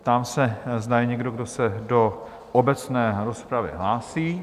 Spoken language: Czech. Ptám se, zda je někdo, kdo se do obecné rozpravy hlásí?